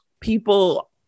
people